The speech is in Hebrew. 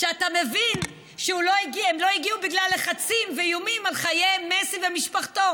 שאתה לא מבין שהם לא הגיעו בגלל לחצים ואיומים על חיי מסי ומשפחתו.